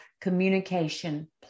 communication